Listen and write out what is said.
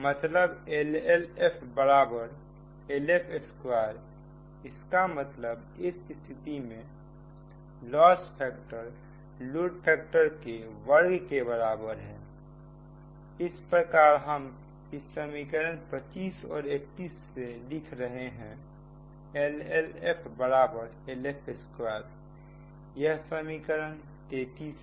मतलब LLF LF2इसका मतलब इस स्थिति में लॉस फैक्टर लोड फैक्टर के वर्ग के बराबर है इस प्रकार हम इसे समीकरण 25 और 31 से लिख रहे हैं LLF LF2यह समीकरण 33 है